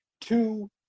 two